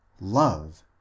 love